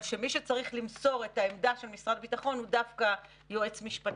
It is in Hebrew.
אבל שמי שצריך למסור את העמדה של משרד הביטחון הוא דווקא יועץ משפטי.